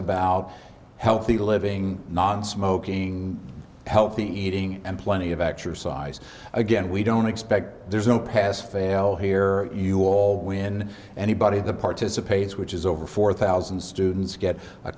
about healthy living nonsmoking healthy eating and plenty of exercise again we don't expect there's no pass fail here you all when anybody that participates which is over four thousand students get a